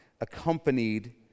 accompanied